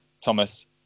Thomas